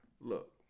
look